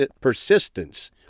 persistence